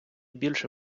більше